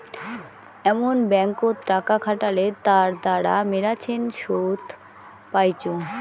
এমন ব্যাঙ্কত টাকা খাটালে তার দ্বারা মেলাছেন শুধ পাইচুঙ